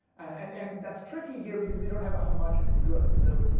and and that's tricky here because we don't have a homogenous good. so,